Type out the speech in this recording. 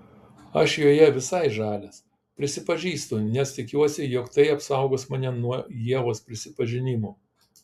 aš joje visai žalias prisipažįstu nes tikiuosi jog tai apsaugos mane nuo ievos prisipažinimų